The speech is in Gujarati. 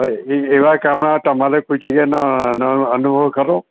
હવે એવા કામમાં તમારે કોઈ જગ્યાના અનુભવ ખરો